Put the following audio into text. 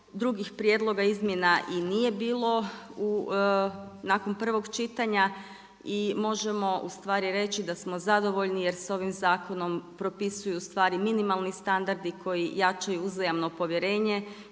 Drugih prijedlog izmjena i nije bilo nakon prvog čitanja i možemo reći da smo zadovoljni jer s ovim zakonom propisuju se minimalni standardi koji jačaju uzajamno povjerenje